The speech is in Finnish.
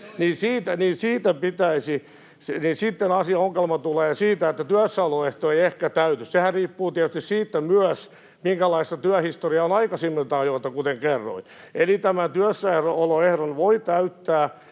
niin sitten asian ongelma tulee siitä, että työssäoloehto ei ehkä täyty. Sehän riippuu tietysti myös siitä, minkälaista työhistoriaa on aikaisemmilta ajoilta, kuten kerroin. Eli tämän työssäoloehdon voi täyttää